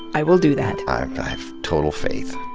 i will do that. i i have total faith.